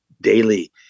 daily